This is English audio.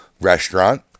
restaurant